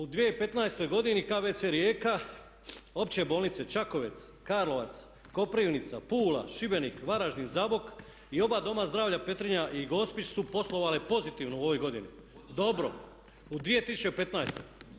U 2015. godini KBC Rijeka, Opće bolnice Čakovec, Karlovac, Koprivnica, Pula, Šibenik, Varaždin, Zabok i oba doma zdravlja Petrinja i Gospić su poslovale pozitivno u ovoj godini, dobro u 2015.